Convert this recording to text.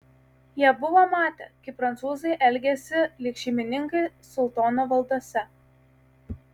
jie buvo matę kaip prancūzai elgiasi lyg šeimininkai sultono valdose